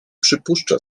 przypuszcza